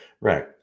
Right